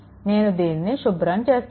నేను దీనిని శుభ్రం చేస్తాను